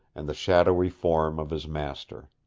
and the shadowy form of his master.